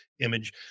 image